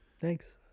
Thanks